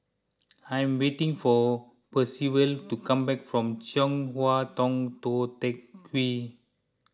I'm waiting for Percival to come back from Chong Hua Tong Tou Teck Hwee